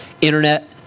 internet